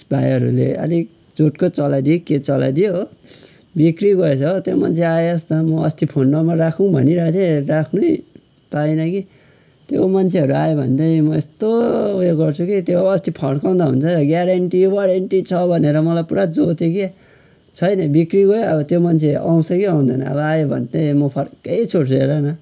भाइहरूले अलिक जोरको चलाइदियो कि के चलाइदियो हो बिग्रिगएछ हो त्यो मान्छे आएस् त अस्ति फोन नम्बर राखुँ भनिरहेको थिएँ राख्नै पाएन कि त्यो मान्छेहरू आयो भने चाहिँ म यस्तो उयो गर्छु कि त्यो अस्ति फर्काउँदा हुन्छ ग्यारन्टी वारन्टी छ भनेर मलाई पुरा जोत्यो कि छैन बिग्रिगयो त्यो मान्छे आउँछ कि आउँदैन अब आयो भने चाहिँ यो म फर्काइ छोड्छु हेर न